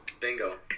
Bingo